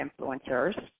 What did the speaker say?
influencers